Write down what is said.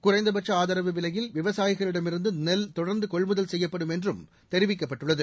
குறைந்தபட்ச ஆதரவு விலையில் விவசாயிகளிடமிருந்து நெல் தொடர்ந்து கொள்முதல் செய்யப்படும் என்றும் தெரிவிக்கப்பட்டுள்ளது